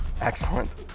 Excellent